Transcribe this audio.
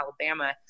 Alabama